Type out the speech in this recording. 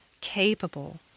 capable